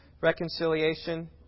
reconciliation